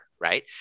right